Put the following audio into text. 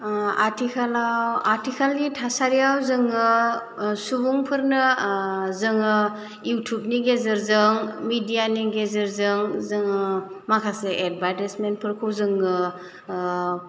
आथिखालनि थासारियाव जोङो सुबुंफोरनो जोङो इउटुबनि गेजेरजों मेडियानि गेजेरजों जोङो माखासे एडभारटाइजमेन्ट फोरखौ जोङो